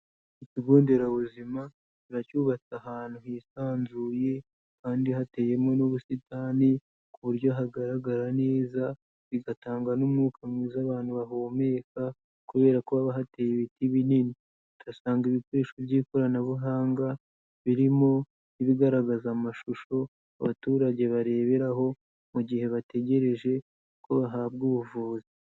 Ikigo nderabuzima kiba cyubatse ahantu hisanzuye kandi hateyemo n'ubusitani ku buryo hagaragara neza, bigatangwa n'umwuka mwiza abantu bahumeka kubera ko ba hateye ibiti binini, tuhasanga ibikoresho by'ikoranabuhanga birimo ibigaragaza amashusho abaturage bareberaho mu gihe bategereje ko bahabwa ubuvuzi.